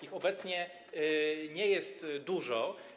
Ich obecnie nie jest dużo.